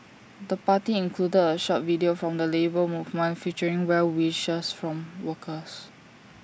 the party included A short video from the Labour Movement featuring well wishes from workers